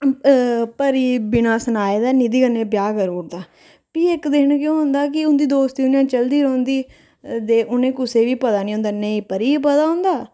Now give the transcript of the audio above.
परी गी बिना सनाए दे निधि कन्नै ब्याह् करी ओड़दा फ्ही एक्क दिन केह् होंदा कि उं'दी दोस्ती उ'नें चलदी रौंह्दी ते उ'नेंई कुसै ई बी पता नेईं होंदा नेईं परी गी पता होंदा